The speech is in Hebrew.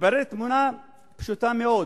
מתבררת תמונה פשוטה מאוד,